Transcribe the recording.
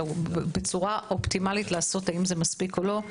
הלוא בצורה אופטימלית לעשות האם זה מספיק או לא,